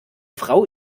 frau